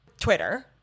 Twitter